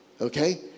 Okay